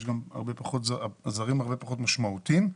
זרים הרבה פחות משמעותיים.